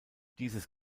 diese